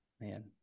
Man